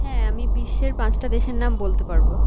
হ্যাঁ আমি বিশ্বের পাঁচটা দেশের নাম বলতে পারবো